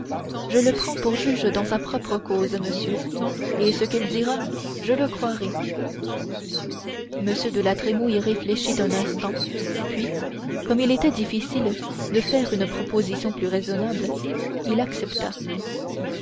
je le prends pour juge dans sa propre cause monsieur et ce qu'il dira je le croirai m de la trémouille réfléchit un instant puis comme il était difficile de faire une proposition plus raisonnable il accepta